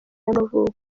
y’amavuko